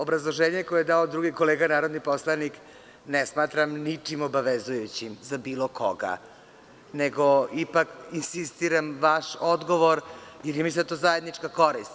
Obrazloženje koji je dao kolega narodni poslanik ne smatram ničim obavezujućim za bilo koga, nego ipak insistiram vaš odgovor, jer mislim da je to zajednička korist.